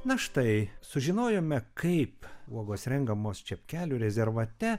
na štai sužinojome kaip uogos renkamos čepkelių rezervate